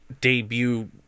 debut